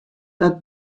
dat